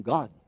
God